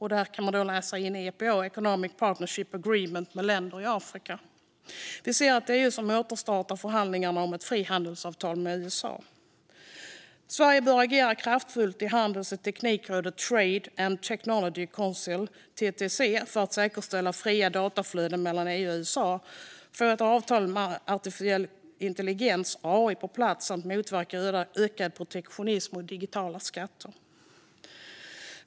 Här kan man läsa in EPA, Economic Partnership Agreements, med länder i Afrika. Vi ser ett EU som återstartar förhandlingarna om ett frihandelsavtal med USA. Sverige bör agera kraftfullt i handels och teknikrådet Trade and Technology Council, TTC, för att säkerställa fria dataflöden mellan EU och USA, för att få ett avtal om artificiell intelligens, AI, på plats samt för att motverka ökad protektionism och digitala skatter.